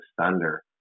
thunder